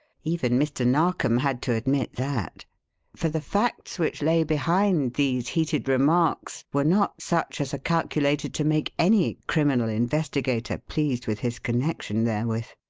even mr. narkom had to admit that for the facts which lay behind these heated remarks were not such as are calculated to make any criminal investigator pleased with his connection therewith.